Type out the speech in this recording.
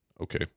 Okay